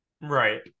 right